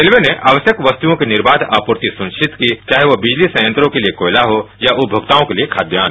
railway आवश्यक वस्तुओं के निर्बाघ आपूर्ति सुनिश्चित की चाहे वो बिजली संयत्रों के लिए कोयला होया उपभोक्ताओं के लिए खाद्यान